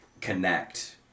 connect